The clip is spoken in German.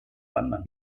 wandern